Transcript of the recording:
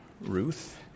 Ruth